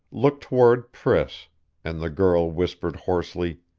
looked toward priss and the girl whispered hoarsely